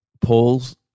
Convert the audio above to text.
Paul's